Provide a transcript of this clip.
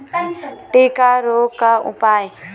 टिक्का रोग का उपाय?